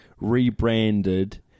rebranded